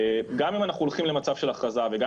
גם אם אנחנו הולכים למצב של הכרזה וגם